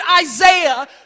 Isaiah